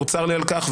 צר לי על כך,